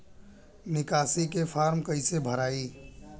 निकासी के फार्म कईसे भराई?